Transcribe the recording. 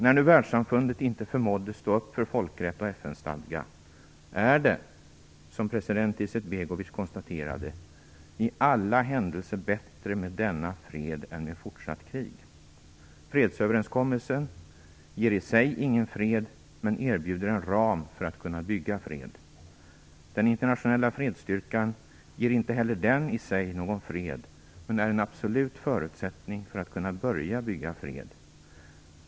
När nu världssamfundet inte förmådde stå upp för folkrätt och FN-stadga är det, som president Izetbegovic konstaterade, i alla händelser bättre med denna fred än med fortsatt krig. Fredsöverenskommelsen ger i sig ingen fred, men erbjuder en ram för att kunna bygga fred. Den internationella fredsstyrkan ger inte heller den i sig någon fred, men är en absolut förutsättning för att kunna börja bygga fred.